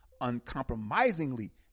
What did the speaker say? uncompromisingly